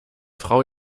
frau